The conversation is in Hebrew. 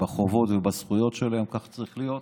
בחובות ובזכויות שלהם, כך צריך להיות.